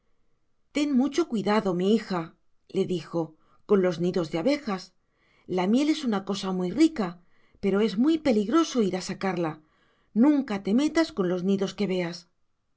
ten mucho cuidado mi hija le dijo con los nidos de abejas la miel es una cosa muy rica pero es muy peligroso ir a sacarla nunca te metas con los nidos que veas